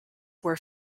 were